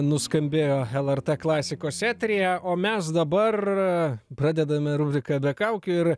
nuskambėjo lrt klasikos eteryje o mes dabar pradedame rubriką be kaukių ir